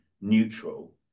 neutral